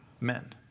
men